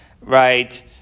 right